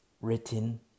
written